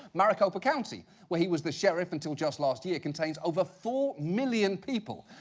maricopa county where he was the sheriff until just last year contains over four million people.